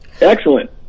excellent